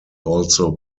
also